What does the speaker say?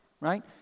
right